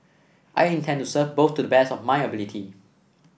I intend to serve both to the best of my ability